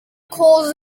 cause